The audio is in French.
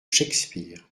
shakespeare